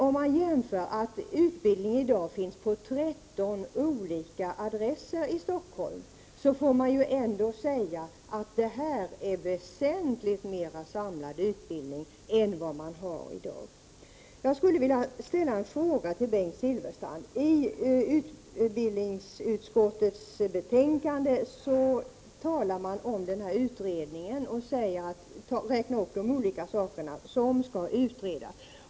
Om man tänker på att utbildningen i dag finns på 13 olika adresser i Stockholm, får man ändå säga att det är en väsentligt mer samlad utbildning än i dag. Jag vill ställa en fråga till Bengt Silfverstrand. I utskottsbetänkandet räknar man upp de olika saker som skall utredas.